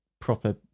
proper